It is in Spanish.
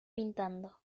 pintando